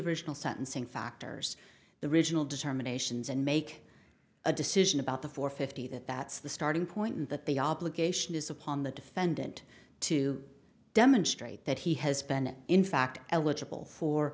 original sentencing factors the original determinations and make a decision about the four fifty that that's the starting point that the obligation is upon the defendant to demonstrate that he has been in fact eligible for